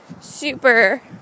super